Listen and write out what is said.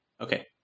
Okay